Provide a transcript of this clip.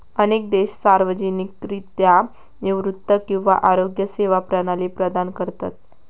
अनेक देश सार्वजनिकरित्या निवृत्ती किंवा आरोग्य सेवा प्रणाली प्रदान करतत